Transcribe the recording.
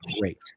great